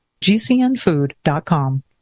gcnfood.com